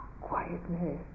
Quietness